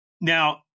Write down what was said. now